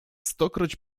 stokroć